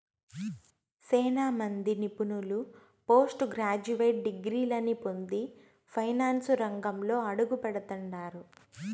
సేనా మంది నిపుణులు పోస్టు గ్రాడ్యుయేట్ డిగ్రీలని పొంది ఫైనాన్సు రంగంలో అడుగుపెడతండారు